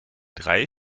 drei